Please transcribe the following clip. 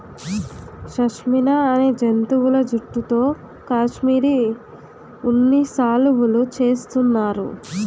షష్మినా అనే జంతువుల జుట్టుతో కాశ్మిరీ ఉన్ని శాలువులు చేస్తున్నారు